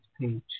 page